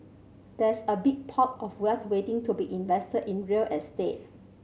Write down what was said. there's a big pot of wealth waiting to be invested in real estate